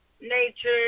nature